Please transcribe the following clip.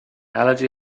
allergy